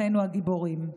אחינו הגיבורים.